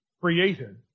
created